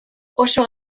oso